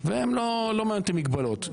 ולא מעניין אותם מגבלות.